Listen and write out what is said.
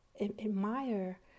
Admire